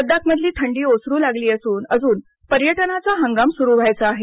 लद्दाखमधली थंडी ओसरू लागली असून अजून पर्यटनाचा हंगाम सुरु व्हायचा आहे